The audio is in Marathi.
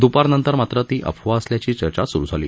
द्पारनंतर मात्र ती अफवा असल्याची चर्चा सुरु झाली